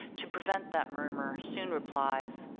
to prevent that murmur, soon replies,